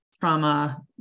trauma